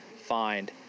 find